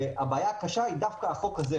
כשהבעיה הקשה היא דווקא בחוק הזה,